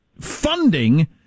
funding